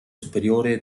superiore